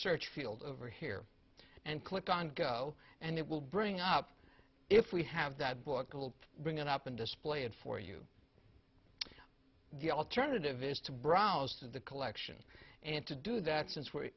search field over here and click on go and it will bring up if we have that book will bring it up and display it for you the alternative is to browse the collection and to do that since we're